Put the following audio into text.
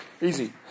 Easy